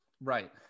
Right